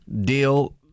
deal